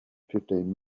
fifteen